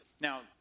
Now